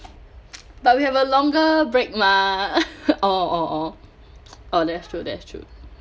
but we have a longer break mah orh orh orh oh that's true that's true